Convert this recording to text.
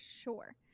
sure